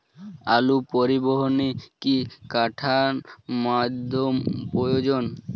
আলু পরিবহনে কি ঠাণ্ডা মাধ্যম প্রয়োজন?